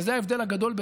וזאת לא מטפורה,